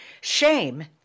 Shame